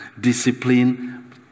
discipline